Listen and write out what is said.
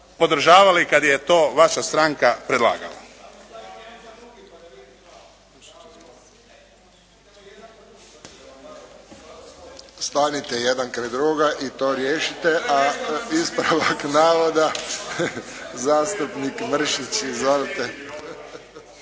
podržavali i kad je to vaša stranka predlagala.